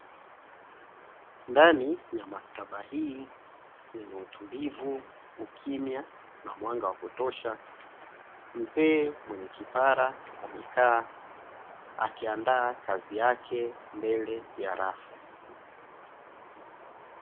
Ndani ya maktaba hii yenye utulivu ukimya na mwanga wa kutosha, mzee mwenye kipara amekaa akiandaa kazi yake mbele ya rafu.